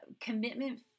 commitment